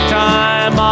time